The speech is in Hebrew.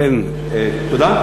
תודה.